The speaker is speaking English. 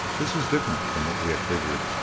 this was different from what we had figured.